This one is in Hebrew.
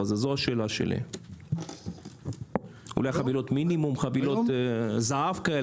אולי להציע חבילות מינימום, חבילות זהב.